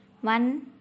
One